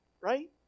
right